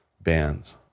bands